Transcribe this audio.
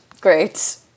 great